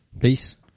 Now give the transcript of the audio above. Peace